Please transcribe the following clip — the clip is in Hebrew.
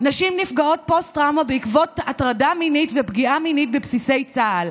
נשים נפגעות פוסט-טראומה בעקבות הטרדה מינית ופגיעה מינית בבסיסי צה"ל,